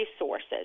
resources